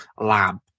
lab